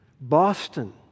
Boston